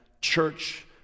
church